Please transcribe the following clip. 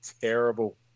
terrible